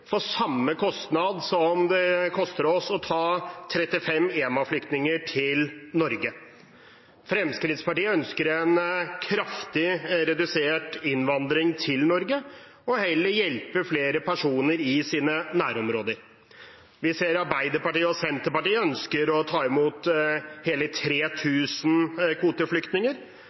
samme kostnad som det er for oss å ta 35 EMA-flyktninger til Norge. Fremskrittspartiet ønsker en kraftig redusert innvandring til Norge og heller hjelpe flere personer i deres nærområder. Vi ser at Arbeiderpartiet og Senterpartiet ønsker å ta imot hele 3 000 kvoteflyktninger,